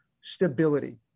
Stability